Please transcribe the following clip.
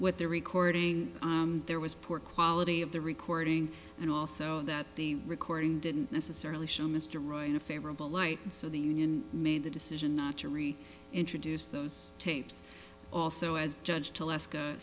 with the recording there was poor quality of the recording and also that the recording didn't necessarily show mr roy in a favorable light and so the union made the decision not to reach introduce those tapes also as judge to